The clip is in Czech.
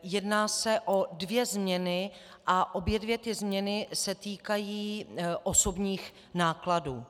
Jedná se o dvě změny a obě dvě změny se týkají osobních nákladů.